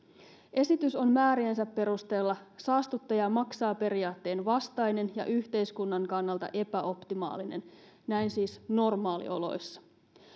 esitys on määriensä perusteella saastuttaja maksaa periaatteen vastainen ja yhteiskunnan kannalta epäoptimaalinen näin siis normaalioloissa